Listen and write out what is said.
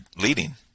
leading